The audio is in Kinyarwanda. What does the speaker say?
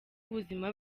ubuzima